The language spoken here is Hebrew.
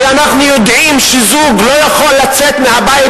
כי אנחנו יודעים שזוג לא יכול לצאת מהבית